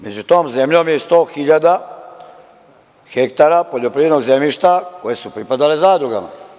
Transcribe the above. Među tom zemljom je 100 hiljada hektara poljoprivrednog zemljišta koje su pripadale zadrugama.